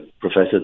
Professor